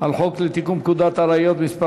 על הצעת חוק לתיקון פקודת הראיות (מס'